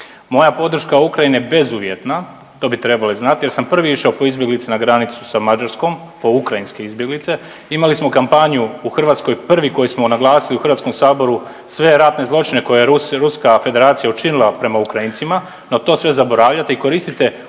Moja podrška Ukrajine je bezuvjetna, to bi trebali znati jer sam prvi išao po izbjeglice na granicu sa Mađarskom po ukrajinske izbjeglice, imali smo kampanju u Hrvatskoj koju smo naglasili u HS-u sve ratne zločine koje je Ruska Federacija učinila prema Ukrajincima, no to sve zaboravljate i koristite